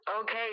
Okay